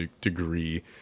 degree